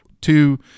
two